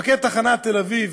מפקד תחנת תל אביב